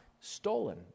stolen